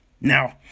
Now